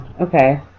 Okay